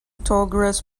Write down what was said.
tallgrass